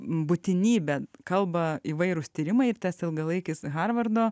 būtinybę kalba įvairūs tyrimai ir tas ilgalaikis harvardo